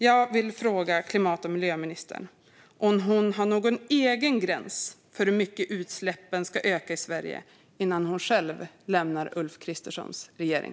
Har klimat och miljöministern någon egen gräns för hur mycket utsläppen ska öka i Sverige innan hon själv lämnar Ulf Kristerssons regering?